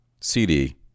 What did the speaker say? CD